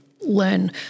learn